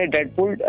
Deadpool